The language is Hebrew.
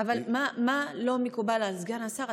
אבל מה לא מקובל על סגן השר?